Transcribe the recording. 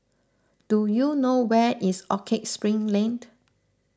do you know where is Orchard Spring Laned